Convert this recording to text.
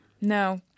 No